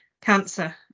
cancer